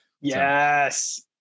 Yes